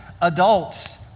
adults